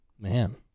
man